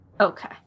okay